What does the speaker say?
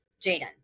Jaden